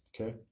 okay